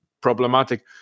problematic